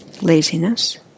Laziness